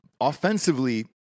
offensively